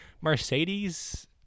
Mercedes